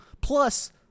Plus